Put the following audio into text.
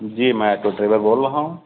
जी मैं auto driver बोल रहा हूँ